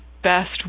best